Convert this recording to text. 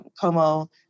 Como